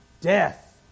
death